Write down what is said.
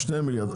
2 מיליארד.